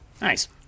Nice